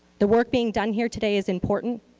the work being done here today is important.